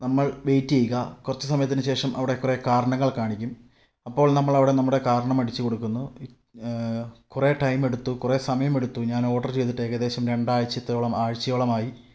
നമ്മള് വെയ്റ്റ് ചെയ്യുക കുറച്ച് സമയത്തിന് ശേഷം അവിടെ കുറെ കാരണങ്ങള് കാണിക്കും അപ്പോള് നമ്മളവിടെ നമ്മുടെ കാരണം അടിച്ചു കൊടുക്കുന്നു കുറെ ടൈം എടുത്തു കുറെ സമയമെടുത്തു ഞാന് ഓഡ്റ് ചെയ്തിട്ടേകദേശം രണ്ടാഴ്ച്ചത്തോളം ആഴ്ചയോളമായി